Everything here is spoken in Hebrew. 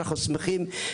אני יודע,